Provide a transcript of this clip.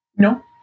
No